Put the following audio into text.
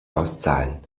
auszahlen